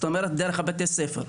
דרך בתי הספר.